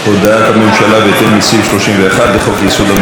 הודעת הממשלה בהתאם לסעיף 31(ב) לחוק-יסוד: הממשלה,